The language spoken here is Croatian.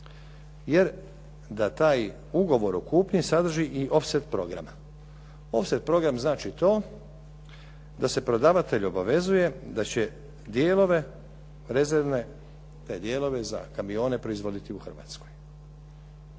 jer da taj ugovor o kupnji sadrži i offset programa. Offset program znači to da se prodavatelj obavezuje da će dijelove rezervne, te dijelove za kamione proizvoditi u Hrvatskoj.